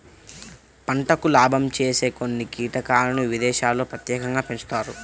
పంటకు లాభం చేసే కొన్ని కీటకాలను విదేశాల్లో ప్రత్యేకంగా పెంచుతారు